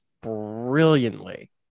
brilliantly